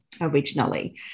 originally